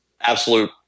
absolute